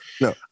No